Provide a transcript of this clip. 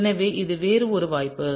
எனவே இது வேறு ஒரு வாய்ப்பு